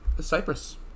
Cyprus